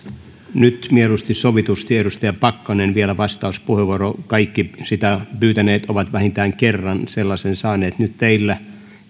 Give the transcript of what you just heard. nyt mieluusti sovitusti edustaja pakkanen vielä vastauspuheenvuoro kaikki vastauspuheenvuoroa pyytäneet ovat vähintään kerran sellaisen saaneet nyt teillä